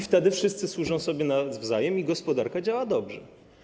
Wtedy wszyscy służą sobie nawzajem i gospodarka działa dobrze.